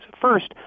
First